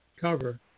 cover